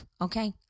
okay